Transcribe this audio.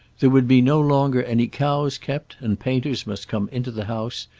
there would be no longer any cows kept, and painters must come into the house,